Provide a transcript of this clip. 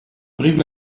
brive